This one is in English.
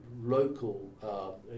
local